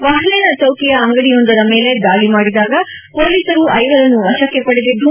ವಹ್ಲೇನಾ ಚೌಕಿಯ ಅಂಗಡಿಯೊಂದರ ಮೇಲೆ ದಾಳಿ ಮಾಡಿದಾಗ ಹೊಲೀಸರು ಐವರನ್ನು ವಶಕ್ಷೆ ಪಡೆದಿದ್ದು